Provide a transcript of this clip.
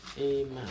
Amen